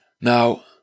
Now